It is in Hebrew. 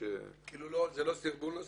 זה לא סרבול נוסף?